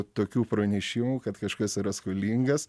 tokių pranešimų kad kažkas yra skolingas